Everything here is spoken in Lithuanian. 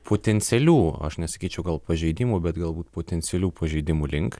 potencialių aš nesakyčiau gal pažeidimų bet galbūt potencialių pažeidimų link